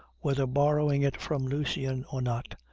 whether borrowing it from lucian or not,